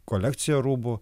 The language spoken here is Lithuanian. kolekciją rūbų